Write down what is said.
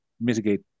mitigate